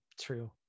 True